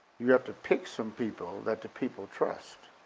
you have to pick some people that the people trust,